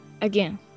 Again